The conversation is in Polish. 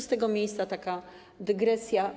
Z tego miejsca taka dygresja.